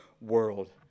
world